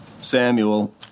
Samuel